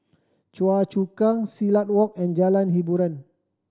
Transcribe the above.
Choa Chu Kang Silat Walk and Jalan Hiboran